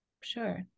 Sure